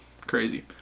Crazy